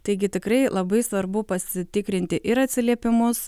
taigi tikrai labai svarbu pasitikrinti ir atsiliepimus